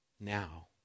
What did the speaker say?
now